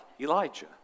Elijah